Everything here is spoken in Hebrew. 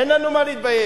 אין לנו מה להתבייש.